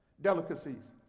delicacies